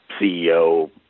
CEO